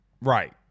Right